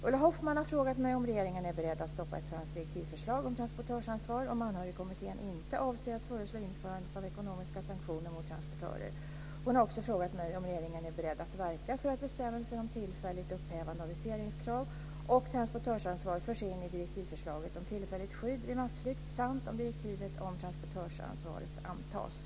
Ulla Hoffmann har frågat mig om regeringen är beredd att stoppa ett franskt direktivförslag om transportörsansvar om Anhörigkommittén inte avser att föreslå införandet av ekonomiska sanktioner mot transportörer. Hon har också frågat mig om regeringen är beredd att verka för att bestämmelser om tillfälligt upphävande av viseringskrav och transportörsansvar förs in i direktivförslaget om tillfälligt skydd vid massflykt samt om direktivet om transportörsansvaret antas.